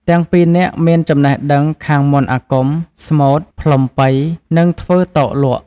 ទាំងពីរនាក់មានចំណេះដឹងខាងមន្តអាគម ស្មូត្រ ផ្លុំប៉ី និងធ្វើតោកលក់។